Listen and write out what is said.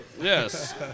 Yes